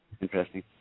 interesting